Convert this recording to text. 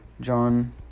John